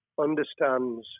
understands